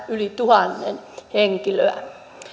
yli tuhannen henkilöä